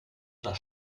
oder